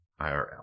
IRL